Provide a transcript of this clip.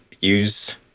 use